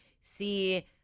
see